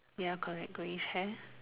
ya correct greyish hair